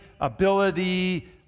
ability